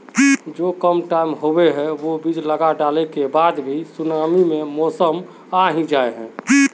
जो कम टाइम होये है वो बीज लगा डाला के बाद भी सुनामी के मौसम आ ही जाय है?